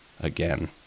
again